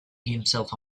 himself